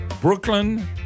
Brooklyn